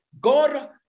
God